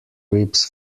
ribs